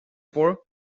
for